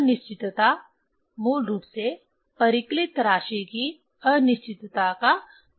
अनिश्चितता मूल रूप से परिकलित राशि की अनिश्चितता का योग है